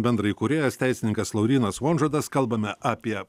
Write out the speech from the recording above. bendraįkūrėjas teisininkas laurynas vonžodas kalbame apie